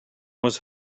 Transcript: was